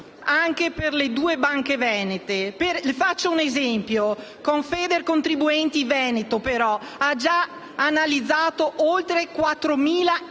anche per le due banche venete. Confedercontribuenti Veneto, però, ha già analizzato oltre 4.000